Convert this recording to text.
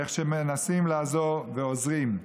איך שמנסים לעזור ועוזרים.